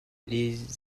les